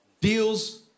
deals